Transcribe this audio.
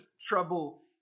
trouble